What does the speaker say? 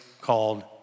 called